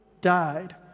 died